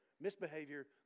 misbehavior